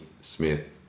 Smith